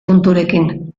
punturekin